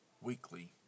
Weekly